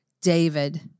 David